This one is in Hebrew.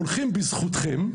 הולכים בזכותכם,